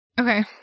Okay